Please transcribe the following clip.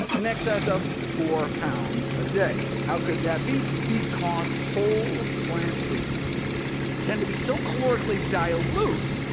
in excess of four pounds a day. how could that be? because whole plant foods tend to be so calorically dilute,